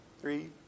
three